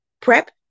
prep